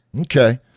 okay